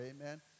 amen